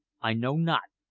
i know not,